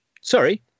sorry